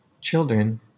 children